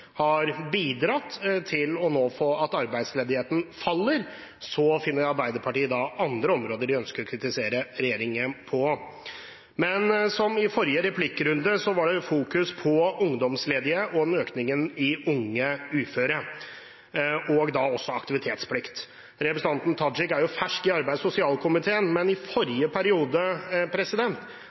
har bidratt til at arbeidsledigheten faller, finner Arbeiderpartiet andre områder de ønsker å kritisere regjeringen på. I forrige replikkrunde fokuserte man på ungdomsledigheten, økningen i antall unge uføre og aktivitetsplikten. Representanten Tajik er fersk i arbeids- og sosialkomiteen, men i forrige periode